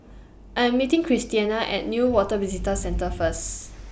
I Am meeting Christena At Newater Visitor Centre First